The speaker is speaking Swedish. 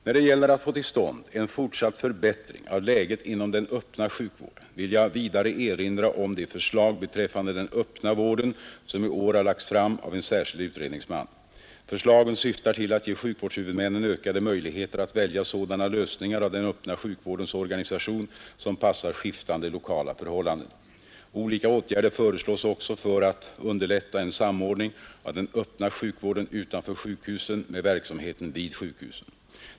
När det gäller att fa till ständ en fortsatt förbättring av läget inom den öppna sjukvården vill jag vidare erinra om de förslag beträffande den öppna vården som i år har lagts fram av en särskild utredningsman. Förslagen syftar till att ge sjukvårdshuvudmännen ökade möjligheter att välja sådana lösningar av den öppna sjukvårdens organisation som passar skiftande lokala förhållanden. Olika åtgärder föreslås också för att underlätta en samordning av den öppna värden utanför sjukhusen med verksamheten vid sjukhusen.